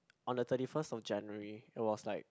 on the thirty first of January it was like